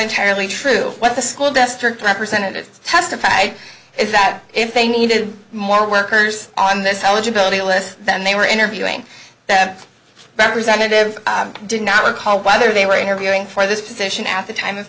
entirely true what the school district representatives testified is that if they needed more workers on this eligibility list than they were interviewing representatives did not recall whether they were interviewing for this position at the time